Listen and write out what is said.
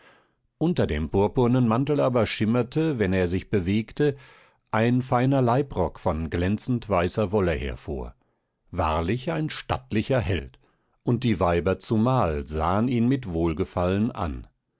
unter dem purpurnen mantel aber schimmerte wenn er sich bewegte ein feiner leibrock von glänzend weißer wolle hervor wahrlich ein stattlicher held und die weiber zumal sahen ihn mit wohlgefallen an